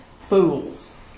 fools